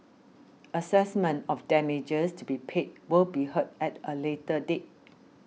assessment of damages to be paid will be heard at a later date